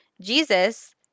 jesus